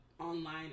online